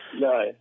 No